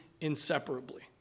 inseparably